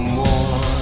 more